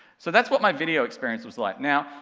so that's what my video experience was like, now,